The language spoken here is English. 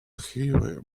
heavy